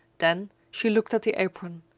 then she looked at the apron.